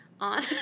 on